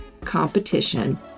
competition